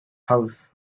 house